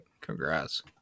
congrats